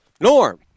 Norm